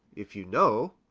if you know.